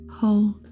Hold